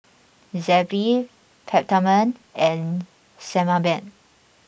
Zappy Peptamen and Sebamed